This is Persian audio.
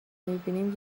میبینیم